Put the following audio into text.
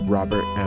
Robert